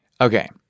Okay